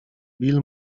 bill